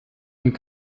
and